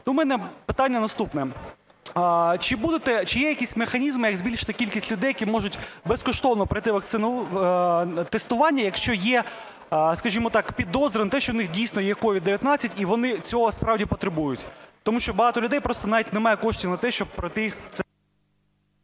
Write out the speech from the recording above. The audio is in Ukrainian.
У мене питання наступне. Чи є якісь механізми, як збільшити кількість людей, які можуть безкоштовно пройти тестування, якщо є, скажімо так, підозра на те, що в них дійсно є СOVID-19, і вони цього справді потребують? Тому що багато людей просто навіть не має коштів на те, щоб пройти це...